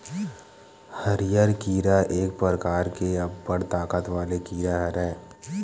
हरियर कीरा एक परकार के अब्बड़ ताकत वाले कीरा हरय